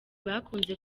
bakunze